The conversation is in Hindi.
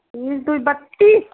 तीस दुई बत्तीस